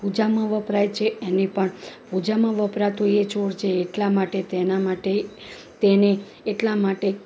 પૂજામાં વપરાય છે એની પણ પૂજામાં વપરાતું એ છોડ છે એટલા માટે તેના માટે તેને એટલા માટે